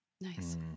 Nice